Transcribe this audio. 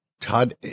Todd